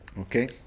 Okay